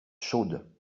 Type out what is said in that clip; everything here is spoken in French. chaude